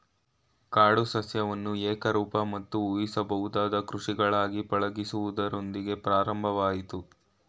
ಕಾಡು ಸಸ್ಯವನ್ನು ಏಕರೂಪ ಮತ್ತು ಊಹಿಸಬಹುದಾದ ಕೃಷಿಗಳಾಗಿ ಪಳಗಿಸುವುದರೊಂದಿಗೆ ಪ್ರಾರಂಭವಾಯ್ತು